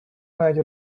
мають